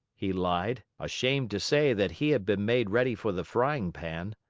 he lied, ashamed to say that he had been made ready for the frying pan.